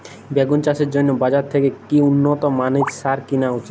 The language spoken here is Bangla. বেগুন চাষের জন্য বাজার থেকে কি উন্নত মানের সার কিনা উচিৎ?